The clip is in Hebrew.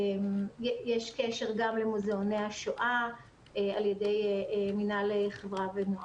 יש קשר גם למוזיאוני השואה על ידי מינהל חברה ונוער.